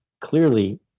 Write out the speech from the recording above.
clearly